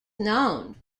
known